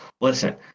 listen